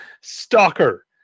Stalker